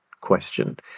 question